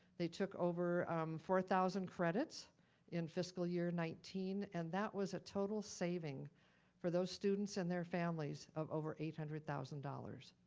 they took over four thousand credits in fiscal year nineteen, and that was a total saving for those students and their families of over eight hundred thousand dollars.